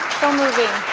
so moving.